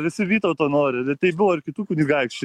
visi vytauto nori tai buvo ir kitų kunigaikščių